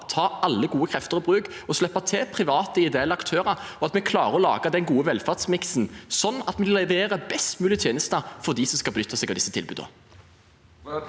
ta alle gode krefter i bruk, slippe til private og ideelle aktører og klare å lage den gode velferdsmiksen, slik at vi leverer best mulig tjenester for dem som skal benytte seg av disse tilbudene.